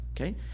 Okay